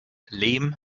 lehm